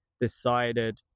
decided